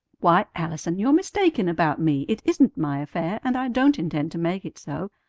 why, allison, you're mistaken about me. it isn't my affair, and i don't intend to make it so.